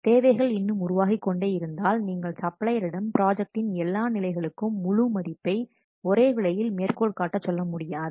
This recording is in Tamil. தேவைகள் இன்னும் உருவாகிக்கொண்டே இருந்தால் நீங்கள் சப்ளையரிடம் ப்ராஜெக்டின் எல்லா நிலைகளுக்கும் முழு மதிப்பை ஒரே விலையில் மேற்கோள் காட்டசொல்ல முடியாது